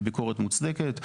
וביקורת מוצדקת.